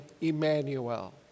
Emmanuel